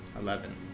eleven